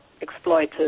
exploited